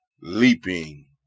leaping